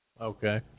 Okay